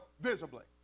visibly